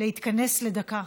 להתכנס לדקה.